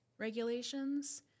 Regulations